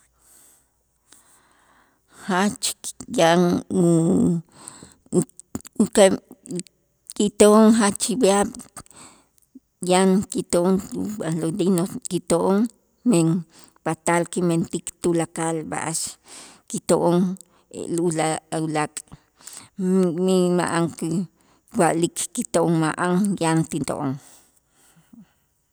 Jach yan u kito'on jach yaab' yan kito'on ub'aj los dinos kito'on men patal kimentik b'a'ax kito'on ulaa ulaak' ma'an kuwa'lik kito'on ma'an yan ti to'on.